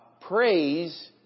Praise